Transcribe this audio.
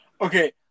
Okay